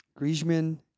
Griezmann